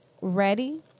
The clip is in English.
ready